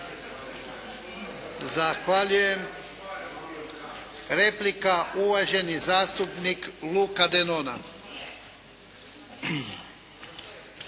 Zahvaljujem. Replika uvaženi zastupnik Luka Denona.